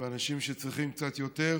באנשים שצריכים קצת יותר,